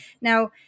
Now